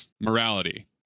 morality